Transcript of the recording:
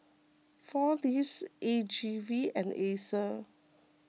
four Leaves A G V and Acer